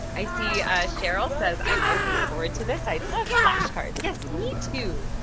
i see sheryl says i'm looking forward to this, i love flashcards. yes, me too,